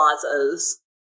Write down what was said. plazas